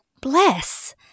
bless